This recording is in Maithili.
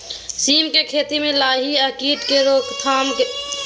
सीम के खेती म लाही आ कीट के रोक थाम के लेल केना उपाय होय छै?